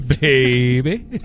Baby